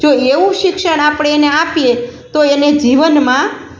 જો એવું શિક્ષણ આપણે એને આપીએ તો એને જીવનમાં